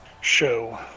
show